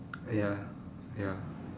ya ya